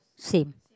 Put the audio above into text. same